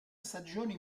stagioni